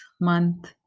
month